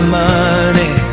money